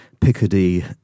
Picardy